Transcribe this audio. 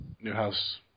Newhouse